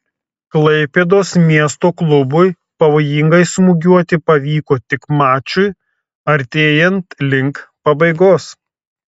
klaipėdos miesto klubui pavojingai smūgiuoti pavyko tik mačui artėjant link pabaigos